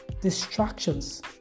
distractions